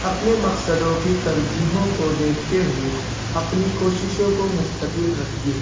اپنے مقصدوں کی ترجیحوں کو دیکھتے ہوئے اپنی کوششوں کو مستقل رکھیے